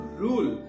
rule